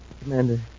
Commander